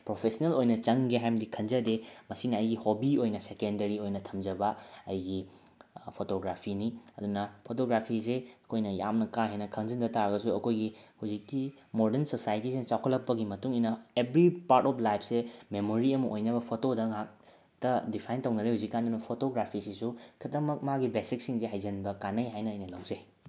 professional ꯑꯣꯏꯅ ꯆꯪꯒꯦ ꯍꯥꯕꯗꯤ ꯈꯟꯖꯗꯦ ꯃꯁꯤꯅ ꯑꯩꯒꯤ ꯍꯣꯕꯤ ꯑꯣꯏꯅ ꯁꯦꯀꯦꯟꯗꯔꯤ ꯑꯣꯏꯅ ꯊꯝꯖꯕ ꯑꯩꯒꯤ ꯐꯣꯇꯣꯒ꯭ꯔꯥꯐꯤꯅꯤ ꯑꯗꯨꯅ ꯐꯣꯇꯣꯒ꯭ꯔꯥꯐꯤꯁꯤ ꯑꯩꯈꯣꯏꯅ ꯌꯥꯝꯅ ꯀꯥ ꯍꯦꯟꯅ ꯈꯪꯖꯟꯗ ꯇꯥꯔꯒꯁꯨ ꯑꯩꯈꯣꯏꯒꯤ ꯍꯧꯖꯤꯛꯀꯤ ꯃꯣꯗꯔꯟ ꯁꯣꯁꯥꯏꯇꯤꯁꯤꯅ ꯆꯥꯎꯈꯠꯂꯛꯄꯒꯤ ꯃꯇꯨꯡꯏꯟꯅ ꯑꯦꯕ꯭ꯔꯤ ꯄꯥꯔꯠ ꯑꯣꯐ ꯂꯥꯏꯞꯁꯦ ꯃꯦꯃꯣꯔꯤ ꯑꯃ ꯑꯣꯏꯅꯕ ꯐꯣꯇꯣꯗ ꯉꯍꯥꯛꯇ ꯗꯤꯐꯥꯏꯟ ꯇꯧꯅꯔꯦ ꯍꯧꯖꯤꯛꯀꯥꯟ ꯑꯗꯨꯅ ꯐꯣꯇꯣꯒ꯭ꯔꯥꯐꯤꯁꯤꯁꯨ ꯈꯛꯇꯃꯛ ꯃꯥꯒꯤ ꯕꯦꯁꯤꯛꯁꯤꯡꯁꯦ ꯍꯩꯖꯤꯟꯕ ꯀꯥꯅꯩ ꯍꯥꯏꯅ ꯑꯩꯅ ꯂꯧꯖꯩ